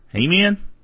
Amen